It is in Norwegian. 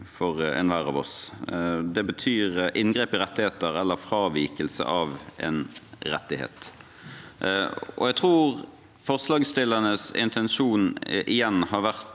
for enhver av oss. Det betyr inngrep i rettigheter eller fravikelse av en rettighet. Jeg tror at forslagsstillernes intensjon – igjen – har vært